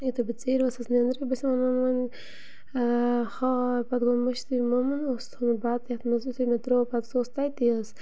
یُتھُے بہٕ ژیٖرۍ ؤژھٕس نینٛدرٕ بہٕ چھَس وَنان وۄنۍ ہا پَتہٕ گوٚو مےٚ مٔشتٕے ممَن اوس تھوٚمُت بَتہٕ یَتھ منٛز یُتھُے مےٚ ترٛوو پَتہٕ سُہ اوس تَتی حظ